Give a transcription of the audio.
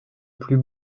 plus